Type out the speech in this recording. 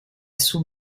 sous